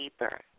deeper